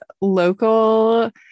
local